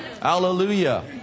Hallelujah